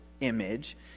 image